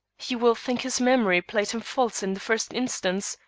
he will think his memory played him false in the first instance,